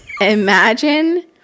imagine